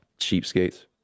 Cheapskates